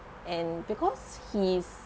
and because he's